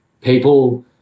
people